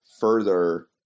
further